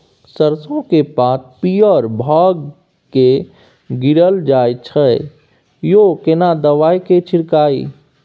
सरसो के पात पीयर भ के गीरल जाय छै यो केना दवाई के छिड़कीयई?